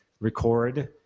record